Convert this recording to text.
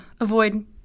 avoid